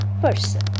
person